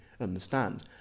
understand